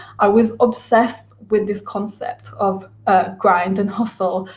i was obsessed with this concept of ah grind and hustle,